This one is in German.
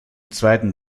zweiten